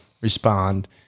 respond